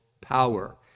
power